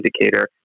indicator